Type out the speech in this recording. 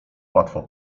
łatwo